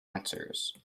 answers